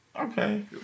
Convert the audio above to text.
okay